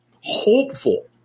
hopeful